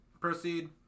Proceed